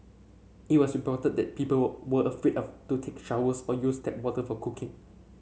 it was reported that people were were afraid of to take showers or use tap water for cooking